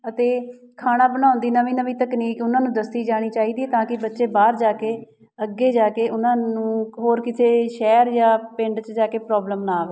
ਅਤੇ ਖਾਣਾ ਬਣਾਉਣ ਦੀ ਨਵੀਂ ਨਵੀਂ ਤਕਨੀਕ ਉਹਨਾਂ ਨੂੰ ਦੱਸੀ ਜਾਣੀ ਚਾਹੀਦੀ ਤਾਂ ਕਿ ਬੱਚੇ ਬਾਹਰ ਜਾ ਕੇ ਅੱਗੇ ਜਾ ਕੇ ਉਹਨਾਂ ਨੂੰ ਹੋਰ ਕਿਸੇ ਸ਼ਹਿਰ ਜਾਂ ਪਿੰਡ 'ਚ ਜਾ ਕੇ ਪ੍ਰੋਬਲਮ ਨਾ ਆਵੇ